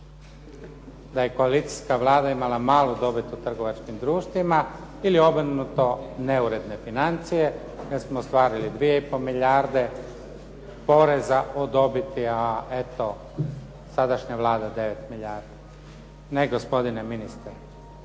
da je koalicijska Vlada imala malu dobit u trgovačkim društvima ili obrnuto, neuredne financije, jer smo ostvarili 2,5 milijarde poreza od dobiti, a eto sadašnja Vlada 9 milijardi. Ne gospodine ministre,